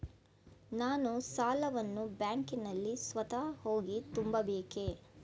ನಾನು ಸಾಲವನ್ನು ಬ್ಯಾಂಕಿನಲ್ಲಿ ಸ್ವತಃ ಹೋಗಿ ತುಂಬಬೇಕೇ?